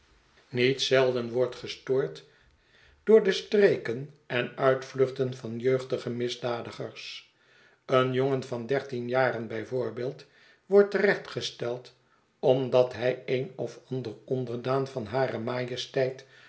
niet zelden wordt gestoord door de streken en uitvluchten van jeugdige misdadigers een jongen van dertien jaren bij voorbeeld wordt te recht gesteld omdat hij een of ander onderdaan van hare majesteit